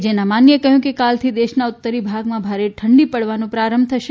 જેનામાનીએ કહ્યું કે કાલથી દેશના ઉત્તરી ભાગમાં ભારે ઠંડી પડવાનો પ્રારંભ થશે